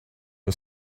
you